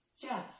Jeff